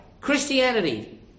Christianity